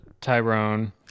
Tyrone